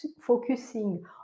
focusing